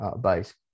base